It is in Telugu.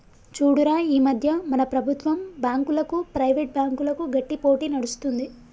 చూడురా ఈ మధ్య మన ప్రభుత్వం బాంకులకు, ప్రైవేట్ బ్యాంకులకు గట్టి పోటీ నడుస్తుంది